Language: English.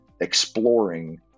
exploring